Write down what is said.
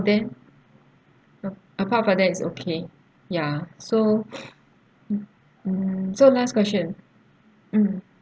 then a~ apart from that it's okay ya so mm mm so last question mm